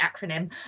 acronym